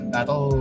Battle